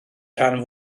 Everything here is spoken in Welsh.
rhan